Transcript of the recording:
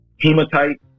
hematite